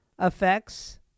effects